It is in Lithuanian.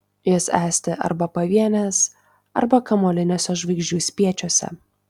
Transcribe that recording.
jos esti arba pavienės arba kamuoliniuose žvaigždžių spiečiuose